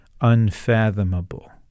unfathomable